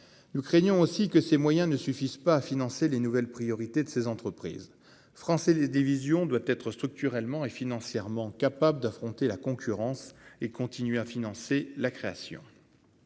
nous craignons aussi que ces moyens ne suffisent pas à financer les nouvelles priorités de ces entreprises français les divisions doit être structurellement et financièrement capable d'affronter la concurrence et continuer à financer la création